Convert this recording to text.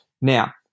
Now